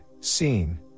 seen